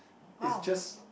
it's just